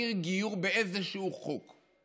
שתזכיר גיור באיזשהו חוק.